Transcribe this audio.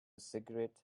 cigarette